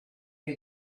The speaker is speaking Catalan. que